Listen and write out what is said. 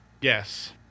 Yes